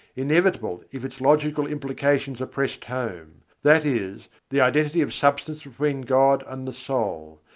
inevitable if its logical implications are pressed home that is, the identity of substance between god and the soul,